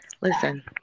listen